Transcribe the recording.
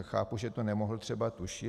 Chápu, že to nemohl třeba tušit.